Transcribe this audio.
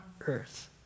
earth